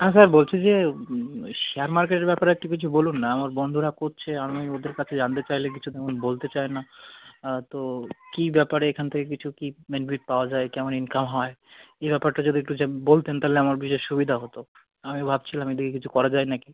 হ্যাঁ স্যার বলছি যে শেয়ার মার্কেটের ব্যাপারে একটু কিছু বলুন না আমার বন্ধুরা করছে আমি ওদের কাছে জানতে চাইলে কিছু তেমন বলতে চায় না তো কী ব্যাপারে এখান থেকে কিছু কি বেনিফিট পাওয়া যায় কেমন ইনকাম হয় এই ব্যাপারটা যদি একটু যে বলতেন তাহলে আমার বিশেষ সুবিধা হতো আমি ভাবছিলাম এদিকে কিছু করা যায় নাকি